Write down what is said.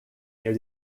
near